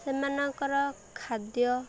ସେମାନଙ୍କର ଖାଦ୍ୟ